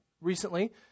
recently